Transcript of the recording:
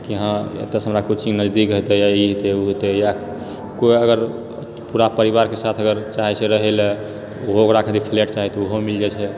कि हँ एतऽसँ हमरा कोचिंग नजदीक हेतै या ई हेतै ओ हेतै या कोइ अगर पूरा परिवारके साथ अगर चाहै छै रहै लऽ ओहो ओकरा खातिर फ्लैट चाही तऽओहो मिल जाइत छै